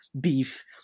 beef